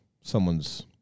someone's